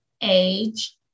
age